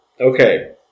okay